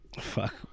Fuck